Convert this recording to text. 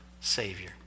savior